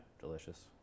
delicious